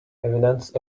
evidence